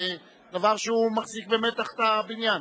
זה דבר שמחזיק במתח את הבניין.